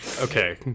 Okay